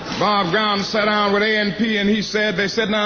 bob brown sat down with a and p, and he said, they said, now,